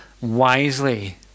wisely